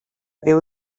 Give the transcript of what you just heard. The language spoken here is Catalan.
déu